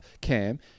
Cam